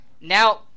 Now –